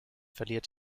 verliert